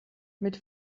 mit